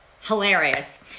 hilarious